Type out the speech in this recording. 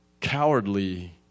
cowardly